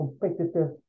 competitive